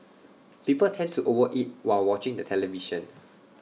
people tend to over eat while watching the television